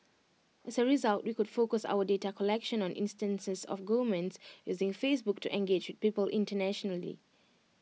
as A result we could focus our data collection on instances of governments using Facebook to engage with people internationally